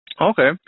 okay